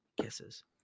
Kisses